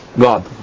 God